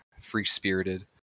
free-spirited